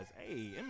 Hey